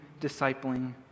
discipling